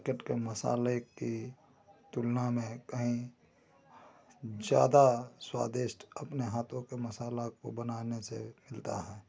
market के मसाले की तुलना में कहीं ज़्यादा स्वादिष्ट अपने हाथों के मसाला को बनाने से मिलता है